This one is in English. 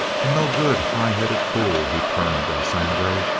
a no-good, high-headed fool, he termed el sangre,